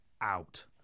out